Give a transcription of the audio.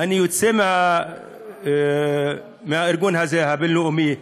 אני יוצא מהארגון הזה, הבין-לאומי,